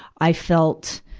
i felt,